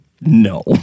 No